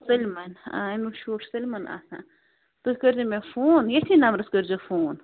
سٲلِمن آ اَمیُک شوق چھُ سٲلِمن آسان تۄہہِ کٔرۍ زیو مےٚ فون ییٚتھی نمبرس کٔرۍ زیو فون